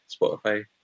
Spotify